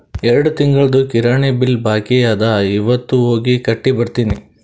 ಎರಡು ತಿಂಗುಳ್ದು ಕಿರಾಣಿ ಬಿಲ್ ಬಾಕಿ ಅದ ಇವತ್ ಹೋಗಿ ಕಟ್ಟಿ ಬರ್ತಿನಿ